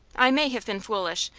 i may have been foolish,